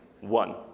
One